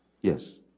Yes